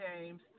James